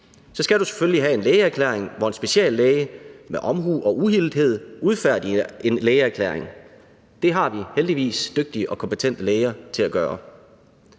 Så skal du selvfølgelig have en lægeerklæring, hvor en speciallæge med omhu og uhildethed udfærdiger en lægeerklæring. Det har vi heldigvis dygtige og kompetente læger til at gøre.